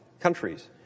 countries